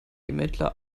ermittler